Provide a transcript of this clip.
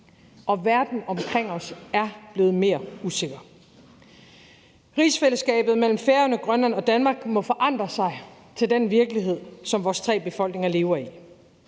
og verden omkring os er blevet mere usikker. Rigsfællesskabet mellem Færøerne, Grønland og Danmark må forandre sig med den virkelighed, som vores tre befolkninger lever i.